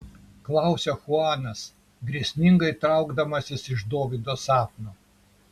klausia chuanas grėsmingai traukdamasis iš dovydo sapno